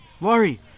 Laurie